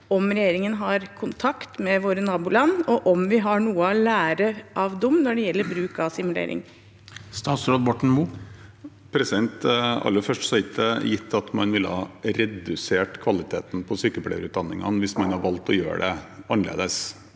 om regjeringen har kontakt med våre naboland, og om vi har noe å lære av dem når det gjelder bruk av simulering. Statsråd Ola Borten Moe Aller først: Det er ikke gitt at man ville ha redusert kvaliteten på sykepleierutdanningene hvis man hadde valgt å gjøre det annerledes.